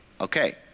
Okay